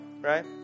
right